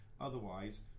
otherwise